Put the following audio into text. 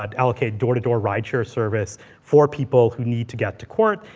but allocate door-to-door rideshare service for people who need to get to court.